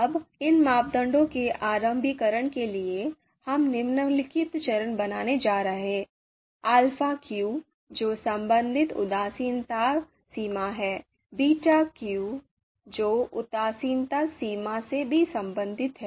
अब इन मापदंडों के आरंभीकरण के लिए हम निम्नलिखित चर बनाने जा रहे हैं Alpha q जो संबंधित उदासीनता सीमा है Beta q जो उदासीनता सीमा से भी संबंधित है